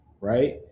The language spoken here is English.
right